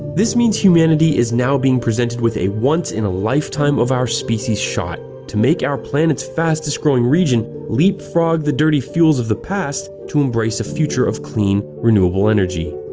this means humanity is now being presented with a once-in-the-lifetime-of-our-species shot to make our planet's fastest growing region leapfrog the dirty fuels of the past, to embrace a future of clean, renewable energy.